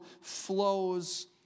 flows